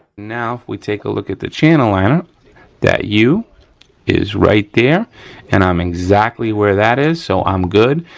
now, if we take a look at the channel liner that u is right there and i'm exactly where that is so i'm good.